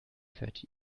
fährt